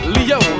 Leo